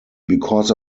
because